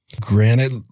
Granted